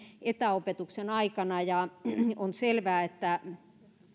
etäopetuksen aikana ja on selvää että